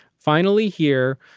finally here,